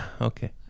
Okay